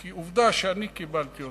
כי עובדה שאני קיבלתי אותן.